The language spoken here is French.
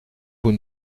vous